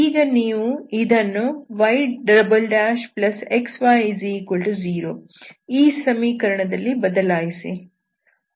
ಈಗ ನೀವು ಇದನ್ನು yxy0 ಈ ಸಮೀಕರಣದಲ್ಲಿ ಬದಲಾಯಿಸಿ